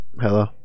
Hello